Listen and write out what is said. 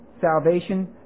salvation